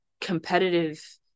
competitive